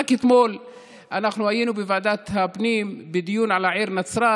רק אתמול אנחנו היינו בוועדת הפנים בדיון על העיר נצרת,